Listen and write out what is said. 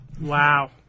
Wow